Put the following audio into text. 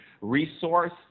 resource